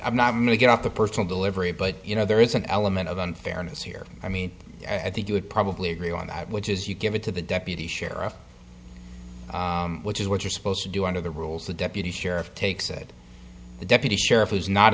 i'm not going to get off the personal delivery but you know there is an element of unfairness here i mean i think you would probably agree on that which is you give it to the deputy sheriff which is what you're supposed to do under the rules the deputy sheriff takes it the deputy sheriff is not